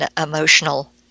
emotional